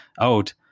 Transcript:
out